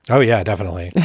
oh, yeah, definitely. yeah